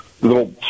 little